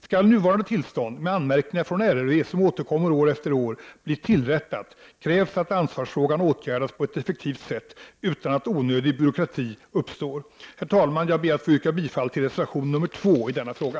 Skall nuvarande tillstånd — med anmärkningar från RRV som återkommer år efter år — bli tillrättat, krävs att ansvarsfrågan åtgärdas på ett effektivt sätt, utan att onödig byråkrati uppstår. Herr talman! Jag ber att få yrka bifall till reservation nr 2 i denna fråga.